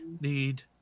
need